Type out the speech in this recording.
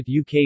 UK